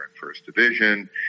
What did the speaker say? first-division